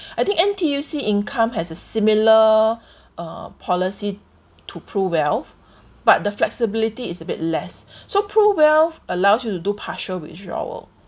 I think N_T_U_C income has a similar uh policy to PRUWealth but the flexibility is a bit less so PRUWealth allows you to do partial withdrawal